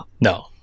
No